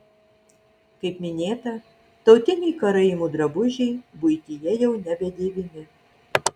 kaip minėta tautiniai karaimų drabužiai buityje jau nebedėvimi